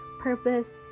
purpose